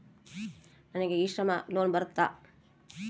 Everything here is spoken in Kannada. ನನಗೆ ಇ ಶ್ರಮ್ ಲೋನ್ ಬರುತ್ತಾ?